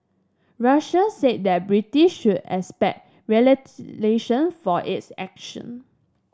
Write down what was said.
Russia said that Britain should expect for its action